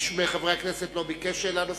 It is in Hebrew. איש מחברי הכנסת לא ביקש שאלה נוספת,